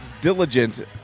diligent